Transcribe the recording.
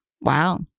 Wow